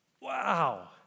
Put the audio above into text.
Wow